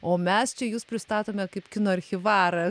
o mes čia jus pristatome kaip kino archyvarą